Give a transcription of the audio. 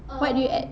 what do you add